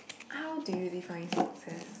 how do you define success